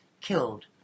killed